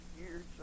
years